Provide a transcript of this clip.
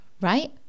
right